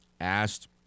Asked